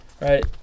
Right